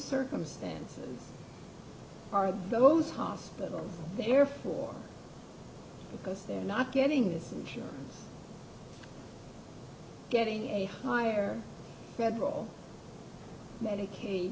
circumstances are those hospital therefore because they're not getting is getting a higher federal medica